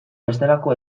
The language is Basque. bestelako